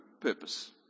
purpose